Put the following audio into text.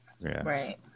Right